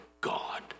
God